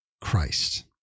Christ